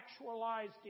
actualized